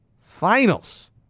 Finals